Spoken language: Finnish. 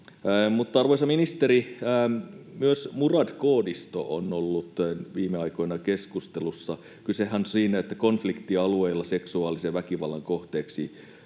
Arvoisa ministeri, myös Murad-koodisto on ollut viime aikoina keskustelussa. Kysehän on siitä, että konfliktialueilla seksuaalisen väkivallan kohteeksi